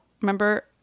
remember